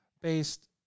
based